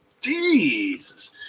Jesus